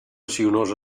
sinuosa